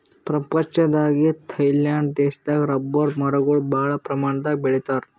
ಪ್ರಪಂಚದಾಗೆ ಥೈಲ್ಯಾಂಡ್ ದೇಶದಾಗ್ ರಬ್ಬರ್ ಮರಗೊಳ್ ಭಾಳ್ ಪ್ರಮಾಣದಾಗ್ ಬೆಳಿತಾರ್